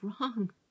wrong